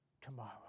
tomorrow